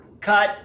Cut